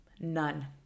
None